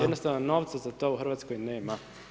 Jednostavno novca za to u Hrvatskoj nema.